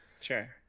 Sure